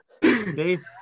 Dave